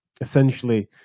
essentially